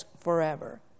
forever